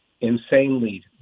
insanely